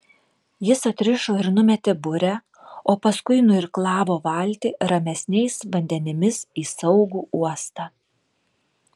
jis atrišo ir numetė burę o paskui nuirklavo valtį ramesniais vandenimis į saugų uostą